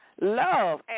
love